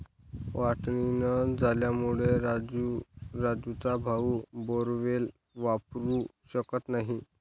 वाटणी न झाल्यामुळे राजू राजूचा भाऊ बोअरवेल वापरू शकत नाही